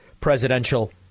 presidential